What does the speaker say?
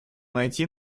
найти